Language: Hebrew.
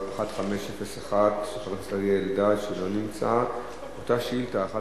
1501, של חבר